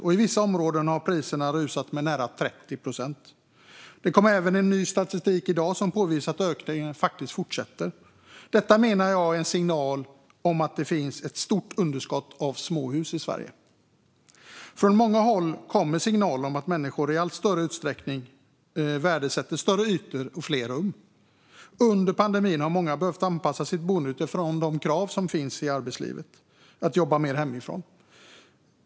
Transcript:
I vissa områden har priserna rusat med nära 30 procent. Det kom även ny statistik i dag som visar att ökningen fortsätter. Detta menar jag är en signal om att det finns ett stort underskott av småhus i Sverige. Från många håll kommer signaler om att människor i allt större utsträckning värdesätter större ytor och fler rum. Under pandemin har många behövt anpassa sitt boende utifrån kravet att jobba mer hemifrån.